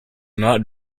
not